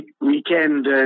weekend